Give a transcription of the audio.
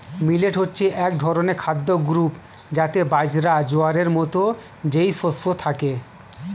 millet হচ্ছে এক ধরনের খাদ্য গ্রূপ যাতে বাজরা, জোয়ারের মতো যেই শস্য থাকে